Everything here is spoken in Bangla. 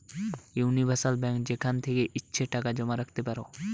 উনিভার্সাল বেঙ্ক যেখান থেকে ইচ্ছে টাকা জমা রাখতে পারো